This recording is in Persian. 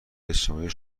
اجتماعی